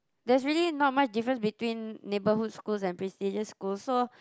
there's really not much difference between neighbourhood schools and prestigious schools so